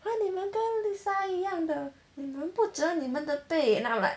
!huh! 你们跟 lisa 一样的你们不折你们的被 then I'm like